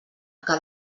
que